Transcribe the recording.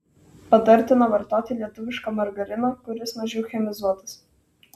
patartina vartoti lietuvišką margariną kuris mažiau chemizuotas